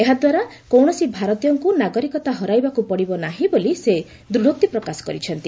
ଏହା ଦ୍ୱାରା କୌଣସି ଭାରତୀୟଙ୍କୁ ନାଗରିକତା ହରାଇବାକୁ ପଡ଼ିବ ନାହିଁ ବୋଲି ସେ ଦୃଢ଼ୋକ୍ତି ପ୍ରକାଶ କରିଛନ୍ତି